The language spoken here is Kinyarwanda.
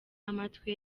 amatwi